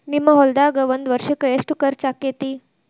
ನಿಮ್ಮ ಹೊಲ್ದಾಗ ಒಂದ್ ವರ್ಷಕ್ಕ ಎಷ್ಟ ಖರ್ಚ್ ಆಕ್ಕೆತಿ?